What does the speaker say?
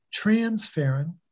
transferrin